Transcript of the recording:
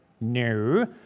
no